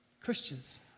Christians